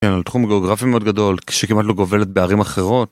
כן, על תחום גאוגרפי מאוד גדול, כשכמעט לא גובלת בערים אחרות.